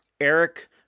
Eric